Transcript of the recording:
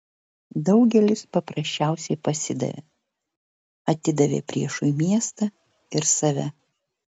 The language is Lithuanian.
daugelis paprasčiausiai pasidavė atidavė priešui miestą ir save